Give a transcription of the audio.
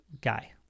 guy